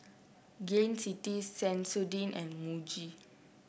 Gain City Sensodyne and Muji